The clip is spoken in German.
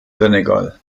senegal